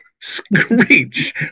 Screech